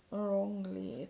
wrongly